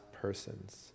persons